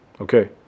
Okay